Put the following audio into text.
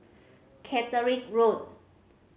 Caterick Road